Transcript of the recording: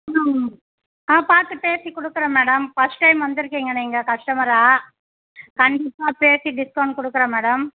ம் ஆ பார்த்து பேசி கொடுக்குறேன் மேடம் ஃபஸ்ட் டைம் வந்திருக்கிங்க நீங்கள் கஸ்டமராக கண்டிப்பாக பேசி டிஸ்கௌண்ட் கொடுக்குறேன் மேடம்